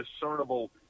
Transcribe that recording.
discernible